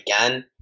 again